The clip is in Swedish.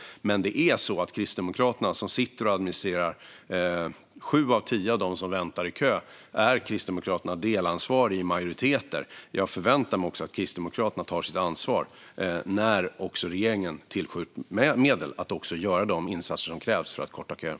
Men det är så att Kristdemokraterna, som sitter och administrerar, är delansvariga - i majoriteter - för sju av tio av dem som väntar i kö. Jag förväntar mig att Kristdemokraterna tar sitt ansvar när regeringen tillskjuter medel för att göra de insatser som krävs för att korta köerna.